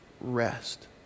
rest